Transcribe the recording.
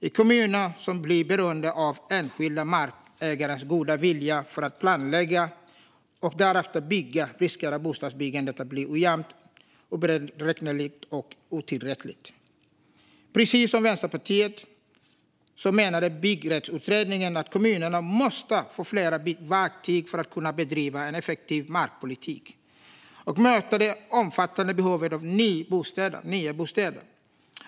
I kommuner som blir beroende av enskilda markägares goda vilja för att planlägga och därefter bygga riskerar bostadsbyggandet att bli ojämnt, oberäkneligt och otillräckligt. Precis som Vänsterpartiet menade Byggrättsutredningen att kommunerna måste få fler verktyg för att kunna bedriva en effektiv markpolitik och möta det omfattande behovet av nya bostäder.